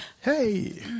Hey